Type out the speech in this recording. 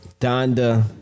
Donda